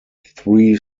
three